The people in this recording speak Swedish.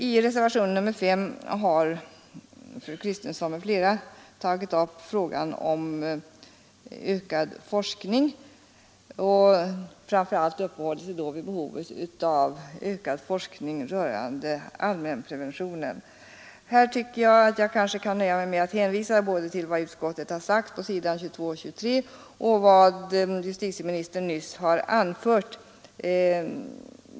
I reservationen 5 har fru Kristensson m.fl. tagit upp frågan om ökad forskning och då framför allt uppehållit sig vid behovet av ökad forskning rörande allmänpreventionen. Här kan jag nöja mig med att hänvisa både till vad utskottet sagt på s. 22 och 23 och till vad justitieministern nyss har anfört.